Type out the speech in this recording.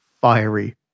fiery